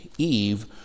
Eve